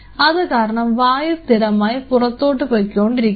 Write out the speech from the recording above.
അത് കാരണം വായു സ്ഥിരമായി പുറത്തോട്ട് പൊയ്ക്കൊണ്ടിരിക്കുന്നു